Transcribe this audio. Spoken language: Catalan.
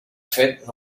fet